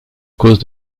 cause